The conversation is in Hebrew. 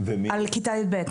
על כיתה י"ב.